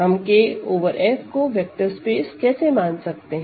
हम K over F को vector space कैसे मान सकते हैं